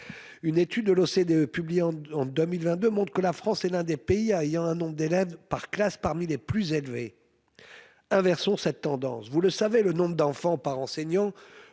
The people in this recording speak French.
Une étude de l'OCDE publiée en 2022 montre que la France est l'un des pays comptant un nombre d'élèves par classe parmi les plus élevés. Inversons cette tendance ! Le nombre d'enfants par enseignant